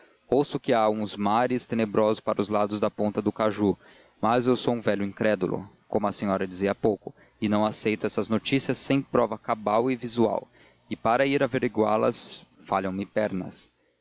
ouço que há uns mares tenebrosos para os lados da ponta do caju mas eu sou um velho incrédulo como a senhora dizia há pouco e não aceito essas notícias sem prova cabal e visual e para ir averiguá las falham me pernas